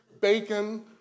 bacon